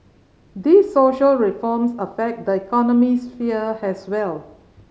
these social reforms affect the economic sphere as well